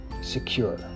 secure